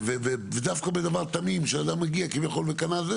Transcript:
ודווקא בדבר תמים שאדם מגיע כביכול וקנה,